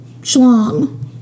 schlong